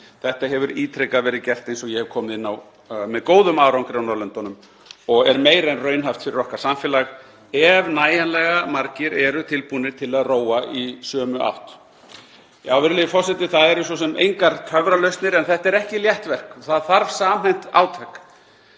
Þetta hefur ítrekað verið gert, eins og ég hef komið inn á, með góðum árangri á Norðurlöndunum og er meira en raunhæft fyrir okkar samfélag ef nægjanlega margir eru tilbúnir til að róa í sömu átt. Virðulegi forseti. Það eru svo sem engar töfralausnir en þetta er ekki létt verk. Það þarf samhent átak.